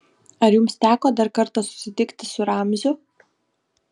ar jums teko dar kartą susitikti su ramziu